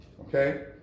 okay